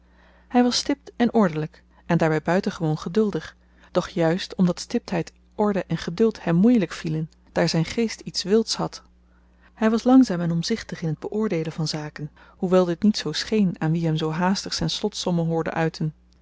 hy was stipt en ordelyk en daarby buitengewoon geduldig doch juist omdat stiptheid orde en geduld hem moeielyk vielen daar zyn geest iets wilds had hy was langzaam en omzichtig in t beoordeelen van zaken hoewel dit niet zoo scheen aan wie hem zoo haastig zyn slotsommen hoorden uiten